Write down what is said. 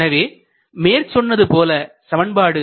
எனவே மேற்சொன்னது போல சமன்பாடு